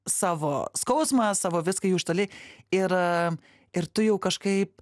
savo skausmą savo viską jau iš toli ir ir tu jau kažkaip